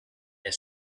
the